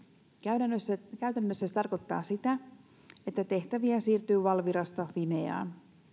käytännössä se se tarkoittaa sitä että tehtäviä siirtyy valvirasta fimeaan